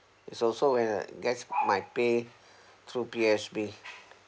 it's also where I get my pay through P_O_S_B